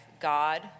God